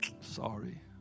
sorry